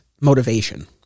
motivation